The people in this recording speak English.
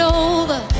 over